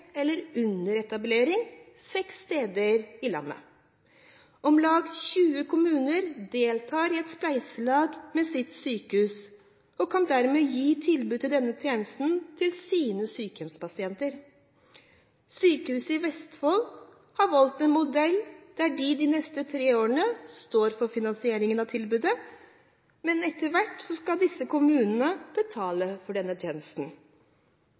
eller under etablering seks steder i landet. Om lag 20 kommuner deltar i et spleiselag med sitt sykehus og kan dermed gi tilbud om denne tjenesten til sine sykehjemspasienter. Sykehuset i Vestfold har valgt en modell der de de neste tre årene står for finansieringen av tilbudet. Men etter hvert skal disse kommunene betale for denne tjenesten.